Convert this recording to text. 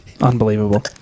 Unbelievable